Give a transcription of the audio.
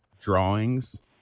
drawings